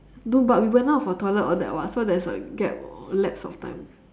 no but we went out of our toilet all that [what] so there's a gap lapse of time